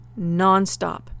nonstop